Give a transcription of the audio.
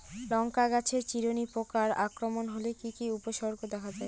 লঙ্কা গাছের চিরুনি পোকার আক্রমণ হলে কি কি উপসর্গ দেখা যায়?